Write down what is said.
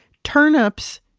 turnips,